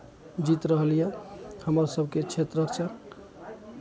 जीत रहल यए हमर सभके क्षेत्रसँ